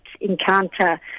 encounter